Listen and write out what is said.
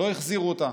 לא החזירו אותה?